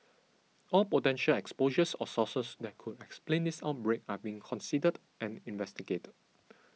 all potential exposures or sources that could explain this outbreak are being considered and investigated